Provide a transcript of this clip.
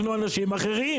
אנחנו אנשים אחרים.